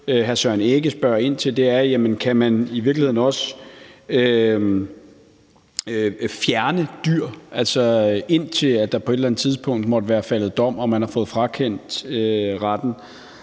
hr. Søren Egge Rasmussen spørge ind til, er, om man i virkeligheden også kan fjerne dyr, altså indtil der på et eller andet tidspunkt måtte være faldet dom og folk er blevet frakendt retten.